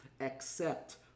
accept